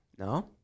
No